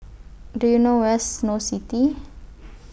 Do YOU know Where IS Snow City